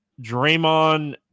Draymond